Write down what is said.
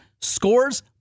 scores